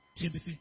Timothy